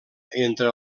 entre